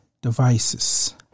devices